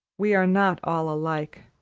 we are not all alike.